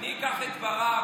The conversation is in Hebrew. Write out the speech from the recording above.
אני אקח את דבריו